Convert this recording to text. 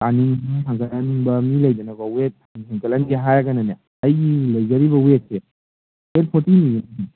ꯇꯥꯍꯟꯅꯤꯡꯕ ꯍꯟꯒꯠꯍꯟꯅꯤꯡꯕ ꯃꯤ ꯂꯩꯗꯅꯀꯣ ꯋꯦꯠ ꯍꯦꯟꯒꯠꯂꯟꯒꯦ ꯍꯥꯏꯔꯒꯅꯅꯦ ꯑꯩꯒꯤ ꯂꯩꯖꯔꯤꯕ ꯋꯦꯠꯁꯦ ꯋꯦꯠ ꯐꯣꯔꯇꯤ